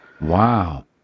wow